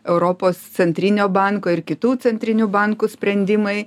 europos centrinio banko ir kitų centrinių bankų sprendimai